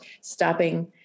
stopping